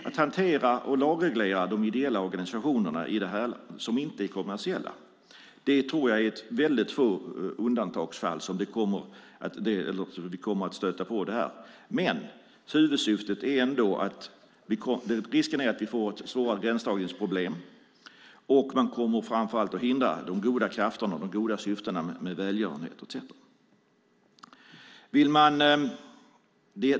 Att hantera och lagreglera de ideella organisationer som inte är kommersiella är ett svårt undantagsfall som kommer att stöta på det här. Risken är att vi får svåra gränsdragningsproblem. Man kommer framför allt att hindra de goda krafterna och de goda syftena med välgörenhet.